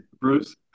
Bruce